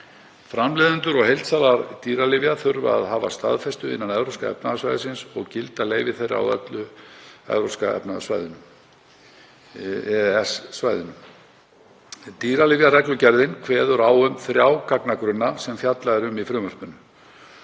framleiðendur og heildsalar dýralyfja þurfa að hafa staðfestu innan Evrópska efnahagssvæðisins og gilda leyfi þeirra á öllu EES-svæðinu. Dýralyfjareglugerðin kveður á um þrjá gagnagrunna sem fjallað er um í frumvarpinu.